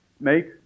Make